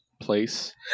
place